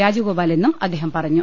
രാജഗോപാലെന്നും അദ്ദേഹം പറഞ്ഞു